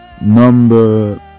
number